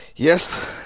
Yes